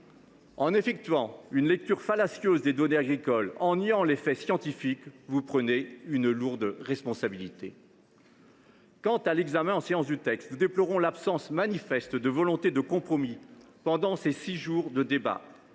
En effectuant une lecture fallacieuse des données agricoles, en niant les faits scientifiques, vous prenez une lourde responsabilité. Concernant l’examen du texte en séance publique, nous déplorons l’absence manifeste de volonté de compromis pendant ces six jours de débats.